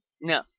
No